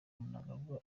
mnangagwa